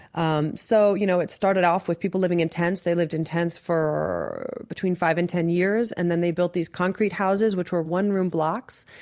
um so you know it started off with people living in tents. they lived in tents between five and ten years, and then they built these concrete houses, which were one-room blocks.